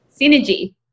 Synergy